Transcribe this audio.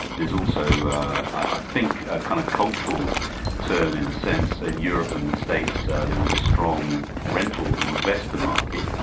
there's also i think a kind of cultural turn in a sense in europe and the states so there was a strong rental investor market.